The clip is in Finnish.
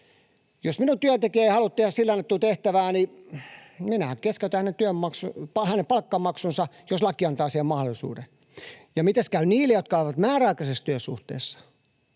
Jos minun työntekijäni ei halua tehdä hänelle annettua tehtävää, minähän keskeytän hänen palkanmaksunsa, jos laki antaa siihen mahdollisuuden. Ja mitenkäs käy niille, jotka ovat määräaikaisessa työsuhteessa?